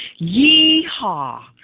Yeehaw